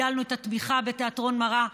הגדלנו את התמיכה בתיאטרון מראה.